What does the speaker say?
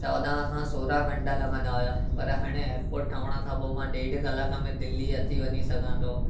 चोॾहं खां सोरहं घंटा लॻंदा हुआ पर हाणे एयरपोट ठहण खां पोइ मां ॾेढु कलाक में दिल्ली अची वञी सघां थो